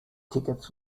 tickets